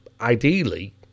Ideally